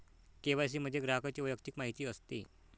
KYC मध्ये ग्राहकाची वैयक्तिक माहिती असते